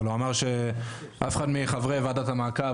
אבל הוא אמר שאף אחד מחברי ועדת המעקב